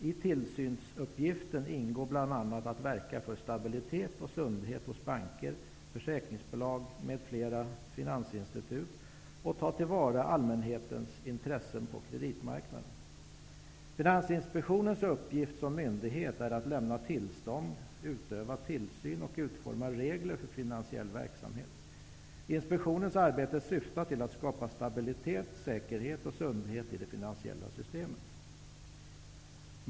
I tillsynsuppgiften ingår bl.a. att verka för stabilitet och sundhet hos banker, försäkringsbolag m.fl. finansinstitut och att ta till vara allmänhetens intressen på kreditmarknaden. -- Finansinspektionens uppgift som myndighet är att lämna tillstånd, utöva tillsyn och utforma regler för finansiell verksamhet. -- Inspektionens verksamhet syftar till att skapa stabilitet, säkerhet och sundhet i det finansiella systemet.